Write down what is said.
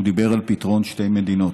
הוא דיבר על פתרון שתי מדינות,